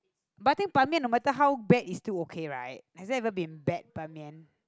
but I think Ban-Mian no matter how bad it's still okay right have there ever been bad Ban-Mian